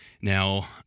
Now